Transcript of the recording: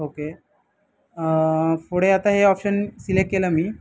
okay पुढे आता हे ऑप्शन सिलेक्ट केलं मी